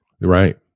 Right